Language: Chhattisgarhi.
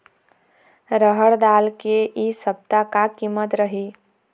रहड़ दाल के इ सप्ता का कीमत रही?